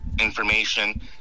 information